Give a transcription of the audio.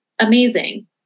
amazing